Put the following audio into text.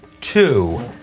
two